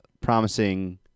promising